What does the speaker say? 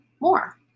more